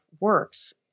works